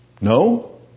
No